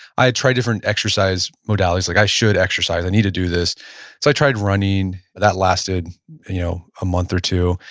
i had tried different exercise modalities like, i should exercise. i need to do this. so i tried running that lasted you know a month or two.